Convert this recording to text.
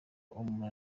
umuntu